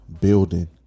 building